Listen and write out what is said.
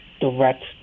direct